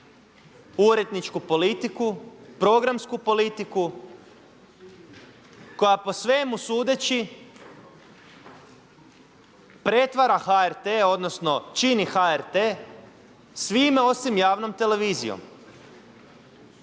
uredničku politiku, programsku politiku koja po svemu sudeći pretvara HRT, odnosno čini HRT svime osim javnom televizijom.